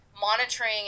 monitoring